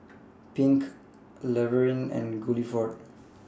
Pink Laverne and Guilford